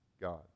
God